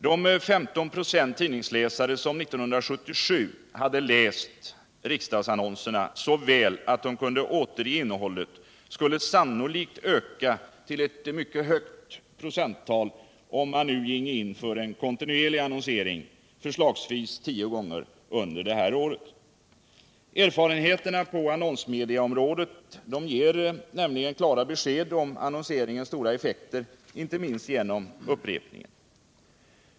De 15 96 tidningsläsare som 1977 hade läst riksdagsannonserna så väl att de kunde återge innehållet skulle sannolikt öka till ett mycket högt procenttal om man nu ginge in för en kontinuerlig annonsering, förslagsvis tio gånger under det här året. Erfarenheterna på annonsmediaområdet ger nämligen klara besked om annonseringens stora effekter, inte minst genom upprepning.